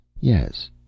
Yes